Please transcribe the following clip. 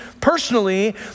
personally